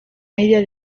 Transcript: media